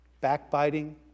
backbiting